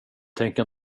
tänker